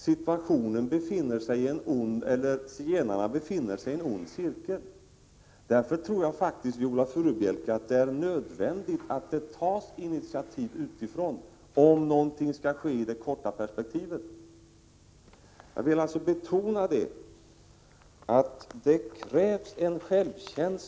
Zigenarna befinner sig i en ond cirkel. Därför tror jag faktiskt, Viola Furubjelke, att det är nödvändigt att det tas initiativ utifrån om det skall ske något i det korta perspektivet. Jag vill alltså betona att det krävs självkänsla, — Prot.